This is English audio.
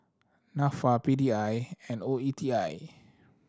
Nafa P D I and O E T I